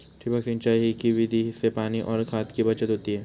ठिबक सिंचाई की विधि से पानी और खाद की बचत होती है